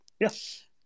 Yes